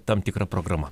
tam tikra programa